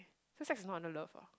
so sex is not under love ah